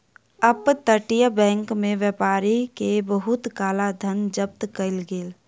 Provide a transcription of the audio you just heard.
up तटीय bank में व्यापारी के बहुत काला धन जब्त कएल गेल